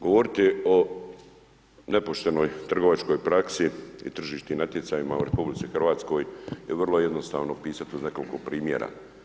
Govoriti o nepoštenoj trgovačkoj praksi i tržišnim natjecanjima u RH je vrlo jednostavno opisat iz nekoliko primjera.